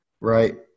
right